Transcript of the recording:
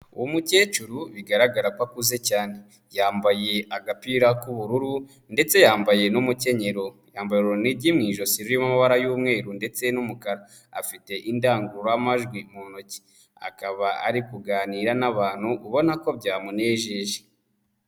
Umukecuru bigaragara ko akuze cyane, yambaye agapira k'ubururu ndetse yambaye n'umukenyero, yambaye urunigi mu ijosi rurimo amabara y'umweru ndetse n'umukara afite indangururamajwi mu ntoki, akaba ari kuganira n'abantu ubona ko byamunejeje.